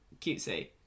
cutesy